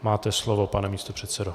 Máte slovo, pane místopředsedo.